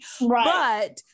Right